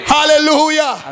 Hallelujah